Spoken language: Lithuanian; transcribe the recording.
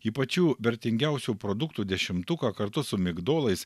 į pačių vertingiausių produktų dešimtuką kartu su migdolais